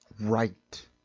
right